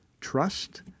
trust